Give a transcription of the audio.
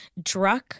Druck